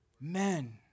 Men